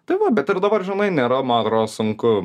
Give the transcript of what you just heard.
tai va bet ir dabar nėra man atrodo sunku